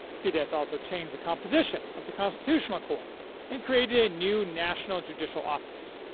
fidesz also changed the composition of the constitutional court and created a new national judicial office.